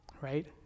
right